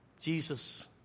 Jesus